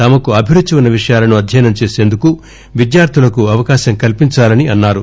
తమకు అభిరుచి వున్స విషయాలను అధ్యయనం చేసేందుకు విద్యార్ధులకు అవకాశం కల్పించాలని అన్నారు